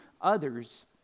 others